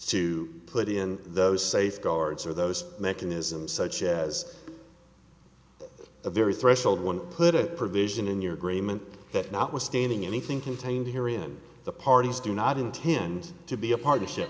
to put in those safeguards are those mechanisms such as a very threshold one put a provision in your agreement that notwithstanding anything contained here in the parties do not intend to be a part